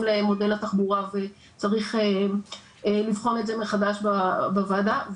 למודל התחבורה וצריך לבחון את זה מחדש בוועדה.